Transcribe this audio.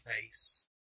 face